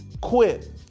quit